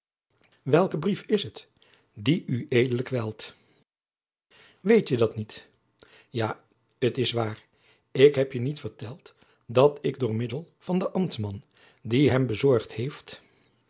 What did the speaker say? welke brief is het die ued kwelt weet je dat niet ja t is waar ik heb je niet verteld dat ik door middel van den ambtman die hem bezorgd heeft